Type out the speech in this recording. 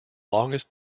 longest